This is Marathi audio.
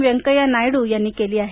व्यंकय्या नायडू यांनी केली आहे